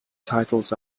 titles